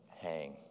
hang